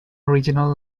original